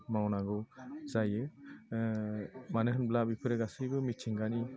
मावनांगौ जायो मानो होनब्ला बेफोरो गासिबो मिथिंगानि